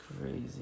crazy